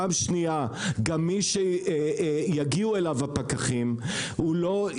פעם שנייה, גם מי שיגיעו אליו הפקחים הוא לא,